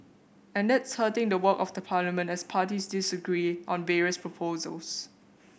and that's hurting the work of the parliament as parties disagree on various proposals